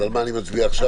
אז על מה אני מצביע עכשיו?